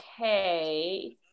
okay